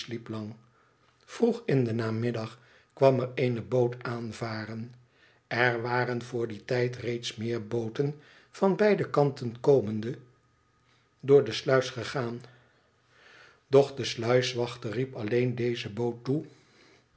vroeg in den namiddag kwam er eene boot afvaren r waren vr dien tijd reeds meer booten van beide kanten komende door de sluis gegaan doch de sluis wachter riep alleen deze boot toe